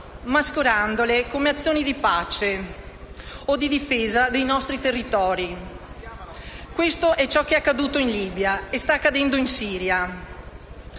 mascherandole come azioni di pace o di difesa dei nostri territori. Questo è ciò che è accaduto in Libia e sta accadendo anche in Siria.